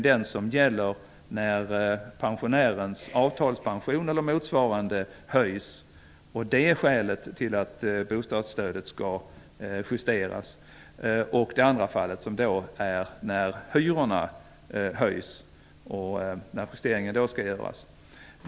Det ena fallet är när pensionärens avtalspension eller motsvarande höjs och det är skälet till att bostadsstödet skall justeras. Andra fallet är när hyrorna höjs och justeringen skall göras av det skälet.